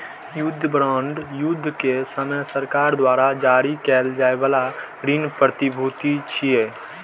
युद्ध बांड युद्ध के समय सरकार द्वारा जारी कैल जाइ बला ऋण प्रतिभूति छियै